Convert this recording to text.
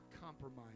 compromise